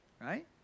Right